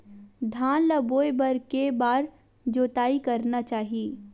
धान ल बोए बर के बार जोताई करना चाही?